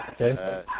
Okay